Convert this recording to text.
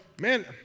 man